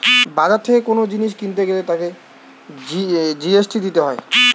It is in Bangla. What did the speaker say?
বাজার থেকে কোন জিনিস কিনতে গ্যালে তাতে জি.এস.টি দিতে হয়